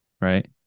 Right